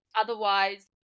Otherwise